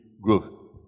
growth